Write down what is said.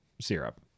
syrup